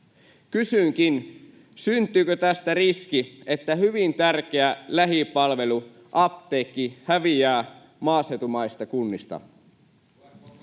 Kysynkin: syntyykö tästä riski, että hyvin tärkeä lähipalvelu, apteekki, häviää maaseutumaisista kunnista?